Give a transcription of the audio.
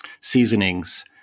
seasonings